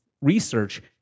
research